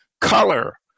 color